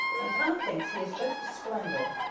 and tom thinks he is just splendid.